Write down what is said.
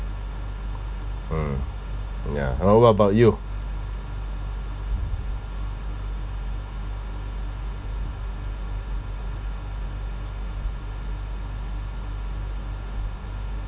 mm ya oh what about you